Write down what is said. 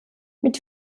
mit